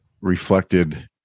reflected